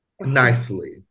nicely